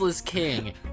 king